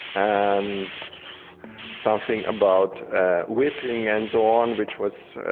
and something about whipping and so on, which was